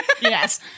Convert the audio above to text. Yes